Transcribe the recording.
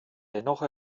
dennoch